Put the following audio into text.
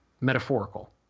metaphorical